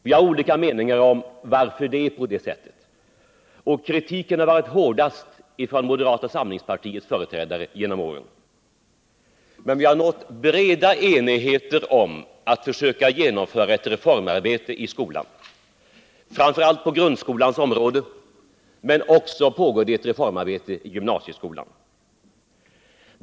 Vi har olika meningar om varför det är på det sättet, och kritiken har varit hårdast från moderata samlingspartiets företrädare genom åren. Men vi har nått bred enighet om att vi skall genomföra ett reformarbete i skolan — det har skett framför allt på grundskolans område, men det pågår också ett reformarbete i gymnasieskolan.